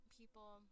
people